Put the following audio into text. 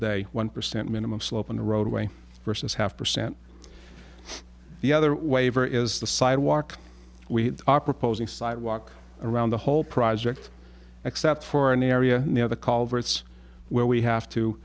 day one percent minimum slope on the roadway versus half percent the other waiver is the sidewalk we are proposing sidewalk around the whole project except for an area near the called where it's where we have